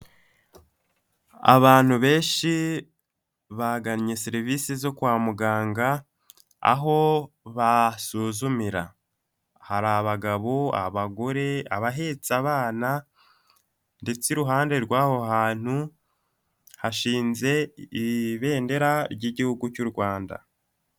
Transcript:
Abantu benshi bagannye serivisi zo kwa muganga aho basuzumira, hari abagabo, abagore, abahetse abana ndetse iruhande rw'a aho hantu hashinze ibendera ry'igihugu cy'u Rwanda.